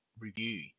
review